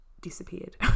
disappeared